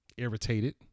Irritated